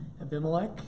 Abimelech